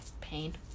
Pain